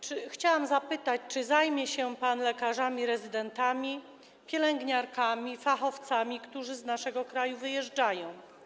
Chciałabym zapytać, czy zajmie się pan lekarzami rezydentami, pielęgniarkami, fachowcami, którzy z naszego kraju wyjeżdżają?